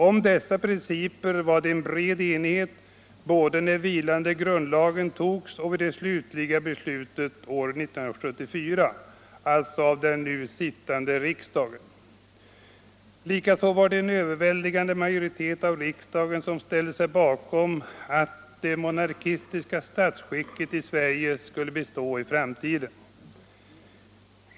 Om dessa principer var det en bred enighet både när det vilande grundlagsförslaget togs och vid det slutliga beslutet av år 1974 — alltså av den nu sittande riksdagen. Likaså var det den överväldigande majoriteten av riksdagen som ställde sig bakom att det monarkiska statsskicket i Sverige skall bestå i framtiden.